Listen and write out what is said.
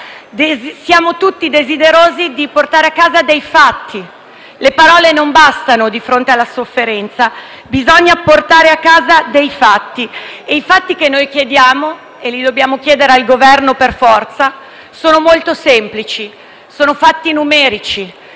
siamo desiderosi di portare a casa dei fatti. Le parole non bastano di fronte alla sofferenza: bisogna portare a casa dei fatti. I fatti che chiediamo - e che per forza dobbiamo chiedere al Governo - sono molto semplici e sono numerici.